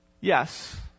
Yes